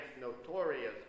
notorious